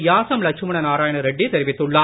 யாசம் லட்சுமண நாராயணரெட்டி தெரிவித்துள்ளார்